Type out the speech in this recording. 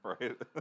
Right